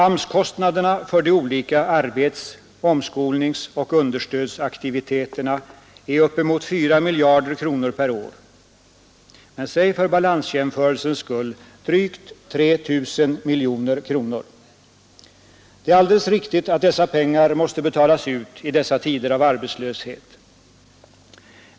AMS-kostnaderna för de olika arbets-, omskolningsoch understödsaktiviteterna är uppemot 4 miljarder kronor per år — men säg för balansjämförelsens skull drygt 3 000 miljoner kronor. Det är alldeles riktigt att de pengarna måste betalas ut i dessa tider av arbetslöshet.